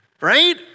right